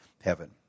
heaven